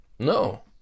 No